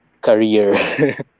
career